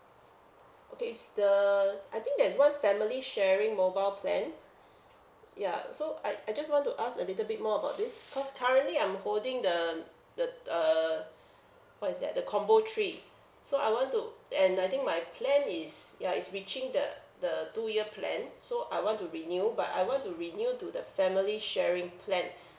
okay is the I think there is one family sharing mobile plan ya so I I just want to ask a little bit more about this because currently I'm holding the the uh what is that the combo three so I want to and I think my plan is ya is reaching the the two year plan so I want to renew but I want to renew to the family sharing plan